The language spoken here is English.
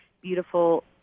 beautiful